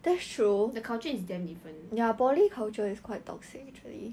the culture is damn different